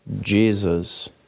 Jesus